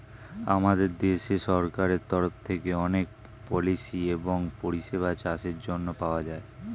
আমাদের দেশের সরকারের তরফ থেকে অনেক পলিসি এবং পরিষেবা চাষের জন্যে পাওয়া যায়